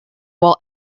wall